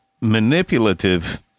manipulative